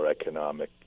economic